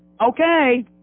Okay